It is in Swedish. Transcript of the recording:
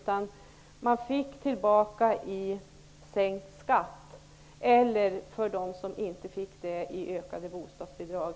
Man fick i stället tillbaka i form av sänkt skatt. De som inte fick sänkt skatt fick i stället högre bostadsbidrag.